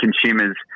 consumers